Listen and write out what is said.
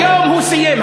היום הוא סיים.